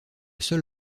seul